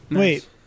Wait